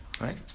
Right